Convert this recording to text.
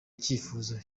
icyifuzo